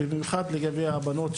ובמיוחד לגבי הבנות,